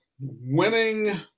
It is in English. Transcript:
winning